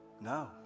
no